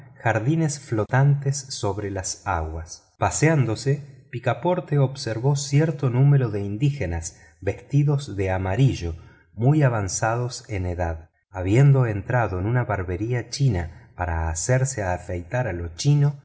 jardines flotantes sobre las aguas paseándose picaporte observó cierto número de indígenas vestidos de amarillo muy avanzados en edad habiendo entrado en una barbería china para hacerse afeitar a lo chino